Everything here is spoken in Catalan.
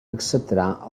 acceptarà